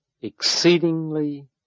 exceedingly